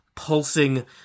pulsing